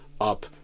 up